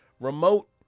remote